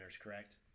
correct